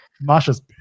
masha's